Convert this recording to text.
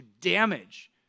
damage